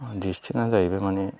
डिसटेन्सआ जाहैबाय माने